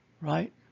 right